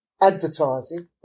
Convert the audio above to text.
advertising